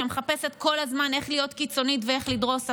שמחפשת כל הזמן איך להיות קיצונית ואיך לדרוס הכול,